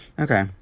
Okay